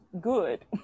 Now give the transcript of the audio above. good